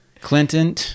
Clinton